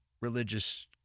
religious